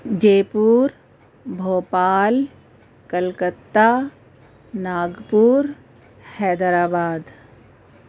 جے پور بھوپال کلکتہ ناگپور حیدر آباد